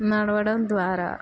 నడవడం ద్వారా